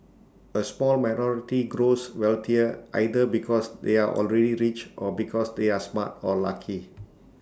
A small minority grows wealthier either because they are already rich or because they are smart or lucky